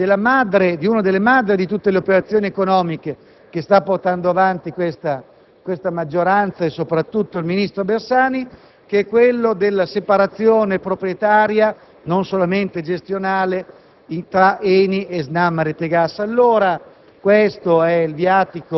passo di una della madri di tutte le operazioni economiche che stanno portando avanti questa maggioranza e, soprattutto, il ministro Bersani, che è quella volta alla separazione proprietaria e non solamente gestionale tra ENI e SNAM-Rete Gas.